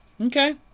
Okay